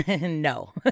No